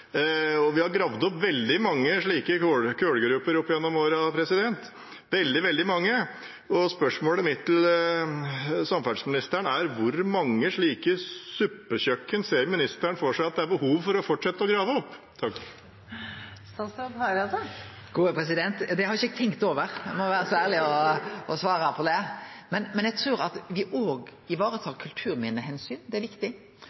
Vi har gravd opp veldig mange slike «kølgrøper» opp gjennom årene – veldig, veldig mange – og spørsmålet mitt til samferdselsministeren er: Hvor mange slike «suppekjøkken» ser ministeren for seg at det er behov for å fortsette å grave opp? Det har eg ikkje tenkt over, og veit ikkje kva eg skal svare på det. Men eg trur at det å ta kulturminneomsyn er viktig.